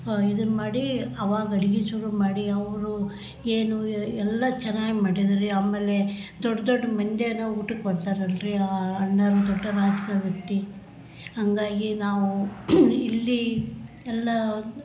ಇದನ್ನು ಮಾಡಿ ಅವಾಗ ಅಡಿಗೆ ಶುರು ಮಾಡಿ ಅವರು ಏನು ಎಲ್ಲ ಚೆನ್ನಾಗಿ ಮಾಡಿದ್ದಾರೆ ಆಮೇಲೆ ದೊಡ್ಡ ದೊಡ್ಡ ಮಂದಿಯೆಲ್ಲ ಊಟಕ್ಕೆ ಬರ್ತಾರಲ್ಲ ರೀ ಆ ಅಣ್ಣಾರು ದೊಡ್ಡ ರಾಜ್ಕಾರ್ಣಿ ವ್ಯಕ್ತಿ ಹಂಗಾಗಿ ನಾವು ಇಲ್ಲಿ ಎಲ್ಲ